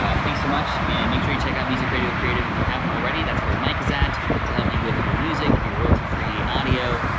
ah thanks so much and make sure you check out music radio creative if you haven't already. that's where mike is at to help you with your music. your royalty free audio.